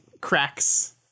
cracks